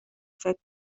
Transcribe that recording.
فکر